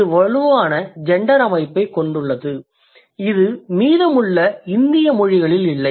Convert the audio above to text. இது வலுவான ஜெண்டர் அமைப்பைக் கொண்டுள்ளது இது மீதமுள்ள இந்திய மொழிகளில் இல்லை